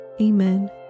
Amen